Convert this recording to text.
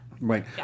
Right